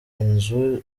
inzu